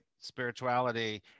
spirituality